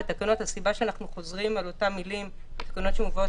הסיבה לכך שאנחנו חוזרים על אותן מילים בתקנות שמובאות